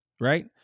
Right